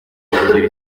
mwuzure